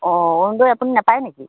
অঁ অৰুণোদয় আপুনি নাপায় নেকি